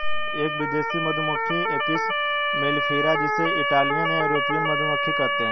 एक विदेशी मधुमक्खी एपिस मेलिफेरा जिसे इटालियन या यूरोपियन मधुमक्खी कहते है